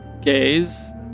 gaze